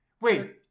wait